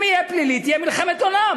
אם יהיה פלילי, תהיה מלחמת עולם.